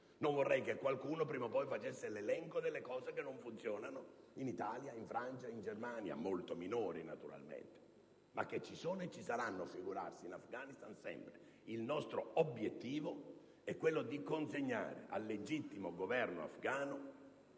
Non vorrei che qualcuno prima o poi facesse l'elenco delle cose che non funzionano in Italia, in Francia, in Germania; molto minori, naturalmente, ma che ci sono e ci saranno. Figurarsi in Afghanistan: ce ne saranno sempre. Il nostro obiettivo è quello di consegnare al legittimo Governo afgano